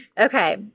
okay